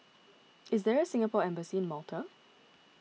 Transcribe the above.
is there a Singapore Embassy in Malta